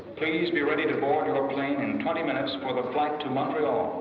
please be ready to board your plane in twenty minutes for the flight to montreal.